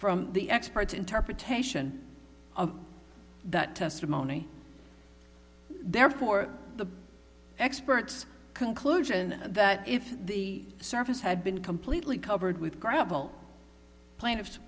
from the experts interpretation of that testimony therefore the experts conclusion that if the surface had been completely covered with gravel plaintiffs